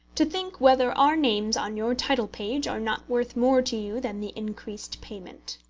to think whether our names on your title-page are not worth more to you than the increased payment.